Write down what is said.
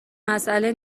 مسئله